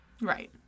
Right